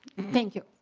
thank you.